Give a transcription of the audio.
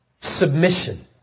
submission